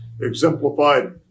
exemplified